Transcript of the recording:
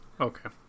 Okay